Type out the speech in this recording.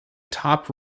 top